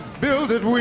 build it